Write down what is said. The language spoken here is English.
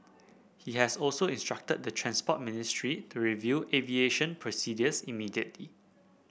he has also instructed the Transport Ministry to review aviation procedures immediately